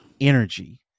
energy